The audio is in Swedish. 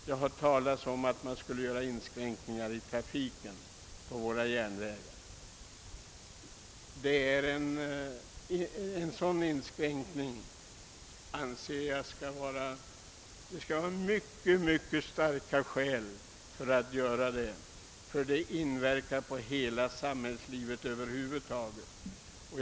Det har talats om att man skulle göra inskränkningar i trafiken på våra järnvägar. Jag anser att det måste föreligga synnerligen starka skäl, innan man gör sådana inskränkningar. Det skulle nämligen inverka på hela samhällslivet över huvud taget.